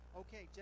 okay